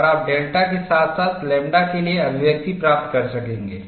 और आप डेल्टा के साथ साथ लैम्ब्डा के लिए अभिव्यक्ति प्राप्त कर सकेंगे